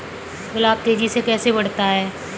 गुलाब तेजी से कैसे बढ़ता है?